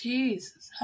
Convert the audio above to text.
Jesus